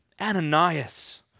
Ananias